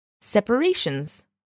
Separations